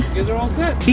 you guys are all set. yeah?